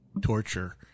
torture